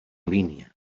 línia